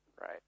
right